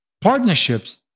Partnerships